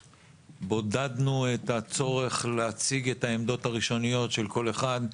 בודדנו את הצורך להציג את העמדות הראשוניות של כל אחד.